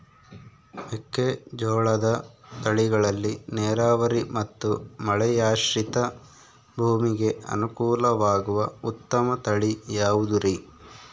ಮೆಕ್ಕೆಜೋಳದ ತಳಿಗಳಲ್ಲಿ ನೇರಾವರಿ ಮತ್ತು ಮಳೆಯಾಶ್ರಿತ ಭೂಮಿಗೆ ಅನುಕೂಲವಾಗುವ ಉತ್ತಮ ತಳಿ ಯಾವುದುರಿ?